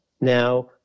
Now